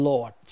Lord